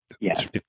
Yes